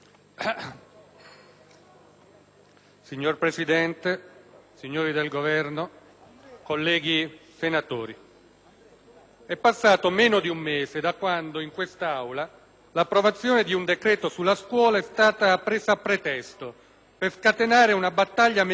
Signor Presidente, signori del Governo, colleghi senatori**,** è passato meno di un mese da quando in questa Aula l'approvazione di un decreto sulla scuola è stata presa a pretesto per scatenare una battaglia mediatica che aveva come tema